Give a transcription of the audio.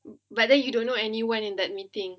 but then you don't know anyone in that meeting